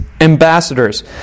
ambassadors